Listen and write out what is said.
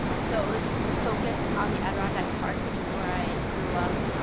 so, it was focused on the adirondack park, which is where i grew up,